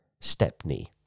Stepney